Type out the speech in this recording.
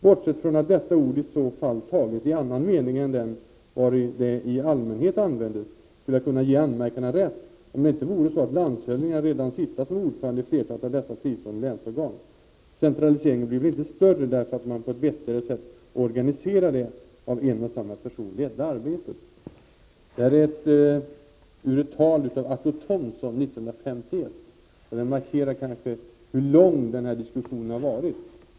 Bortsett från att detta ord i så fall tages i en annan mening än den, vari det i allmänhet användes, skulle jag kunna ge anmärkarna rätt, om det inte vore så, att landshövdingarna redan sitta som ordförande i flertalet av dessa fristående länsorgan. Centraliseringen blir väl inte större, därför att man på ett vettigare sätt organiserar det av en och samma person ledda arbetet.” Detta är taget ur ett tal av Arthur Thomson 1951. Det markerar kanske hur länge denna diskussion har pågått.